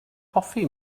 hoffi